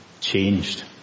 changed